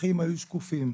והאחים היו שקופים,